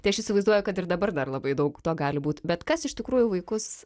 tai aš įsivaizduoju kad ir dabar dar labai daug to gali būt bet kas iš tikrųjų vaikus